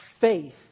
faith